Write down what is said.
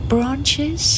Branches